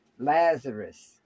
Lazarus